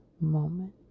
moment